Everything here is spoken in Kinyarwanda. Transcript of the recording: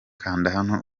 hano